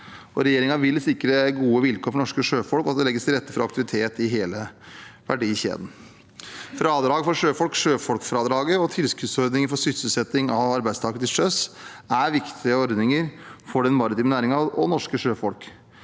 Regjeringen vil sikre gode vilkår for norske sjøfolk og at det legges til rette for aktivitet i hele verdikjeden. Fradrag for sjøfolk, sjøfolkfradraget, og tilskuddsordningen for sysselsetting av arbeidstakere til sjøs er viktige ordninger for den maritime næringen og norske sjøfolk.